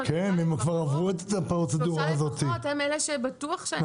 הם אלה שבטוח שאין.